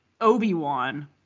Obi-Wan